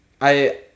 I-